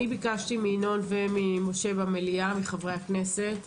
ביקשתי מחברי הכנסת